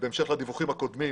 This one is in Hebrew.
בהמשך לדיווחים הקודמים,